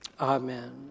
Amen